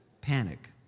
Panic